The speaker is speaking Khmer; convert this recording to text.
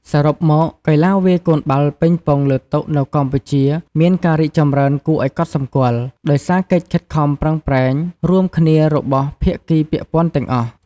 សរុបមក កីឡាវាយកូនបាល់ប៉េងប៉ុងលើតុនៅកម្ពុជាមានការរីកចម្រើនគួរឱ្យកត់សម្គាល់ ដោយសារកិច្ចខិតខំប្រឹងប្រែងរួមគ្នារបស់ភាគីពាក់ព័ន្ធទាំងអស់។